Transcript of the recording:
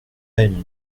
une